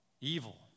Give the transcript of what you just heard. evil